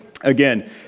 Again